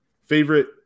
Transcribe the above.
favorite